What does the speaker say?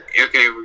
okay